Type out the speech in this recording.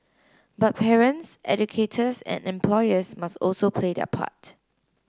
but parents educators and employers must also play their part